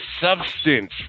substance